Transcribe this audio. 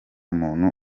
muntu